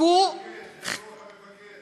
זה רוח המפקד, זה רוח המפקד.